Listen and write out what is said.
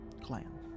clan